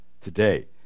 today